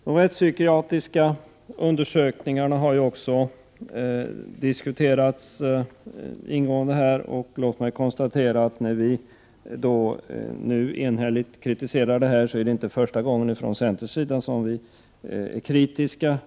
De rättspsykiatriska undersökningarna har också diskuterats ingående. Låt mig konstatera att när vi enhälligt kritiserar dem är det inte första gången som vi från centerns sida är kritiska.